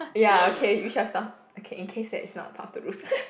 ya okay we shall stop okay in case that it's not part of the rules